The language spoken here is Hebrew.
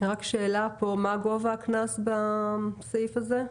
רק שאלה פה, מה גובה הקנס בסעיף הזה?